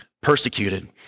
persecuted